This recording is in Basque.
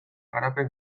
garapen